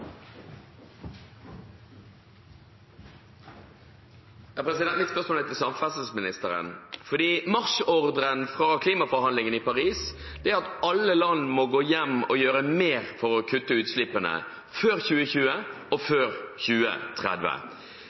klimaforhandlingene i Paris er at alle land må gå hjem og gjøre mer for å kutte utslippene før 2020, og før 2030.